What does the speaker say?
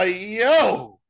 yo